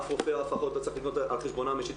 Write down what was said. אף רופא או אף אחות לא צריך לקנות על חשבונם האישי.